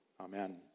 Amen